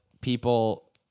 people